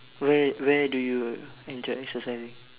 where where do you enjoy exercising